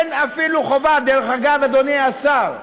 דרך אגב, אדוני השר,